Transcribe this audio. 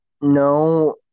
no